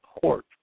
court